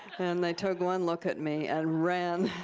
and they took one look at me and ran